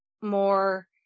more